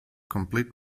complete